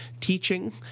teaching